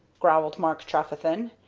growled mark trefethen.